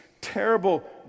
terrible